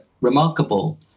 remarkable